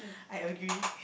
I agree